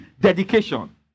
dedication